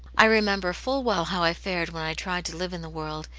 i remember full well how i fared when i tried to live in the world,